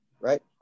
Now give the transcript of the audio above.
right